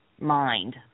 mind